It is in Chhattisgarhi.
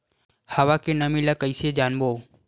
हवा के नमी ल कइसे जानबो?